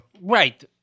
right